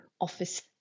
office